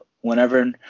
whenever